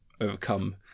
overcome